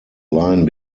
line